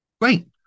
Great